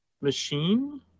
Machine